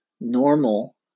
normal